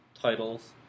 titles